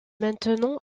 maintenant